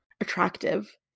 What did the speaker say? attractive